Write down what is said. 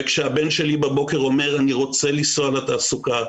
כשהבן שלי בבוקר אומר אני רוצה לנסוע לתעסוקה,